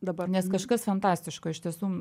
dabar nes kažkas fantastiško iš tiesų